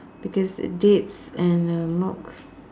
because dates and uh milk